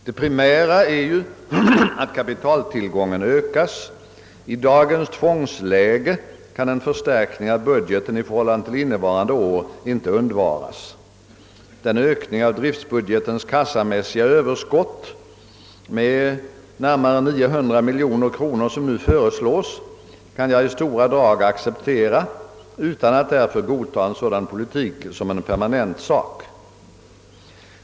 Det primära är ju att kapitaltillgången ökas. I dagens tvångsläge kan en förstärkning av budgeten i förhållande till innevarande år inte undvaras. Den ökning av driftbudgetens kassamässiga överskott med närmare 900 miljoner kronor som nu föreslås kan jag i stora drag acceptera utan att därför godta en sådan politik som en permanent sak.